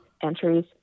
entries